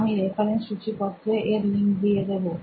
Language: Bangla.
আমি রেফারেন্স সূচিপত্রে এর লিংক দিয়ে দেবো